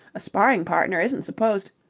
a sparring-partner isn't supposed.